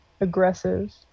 aggressive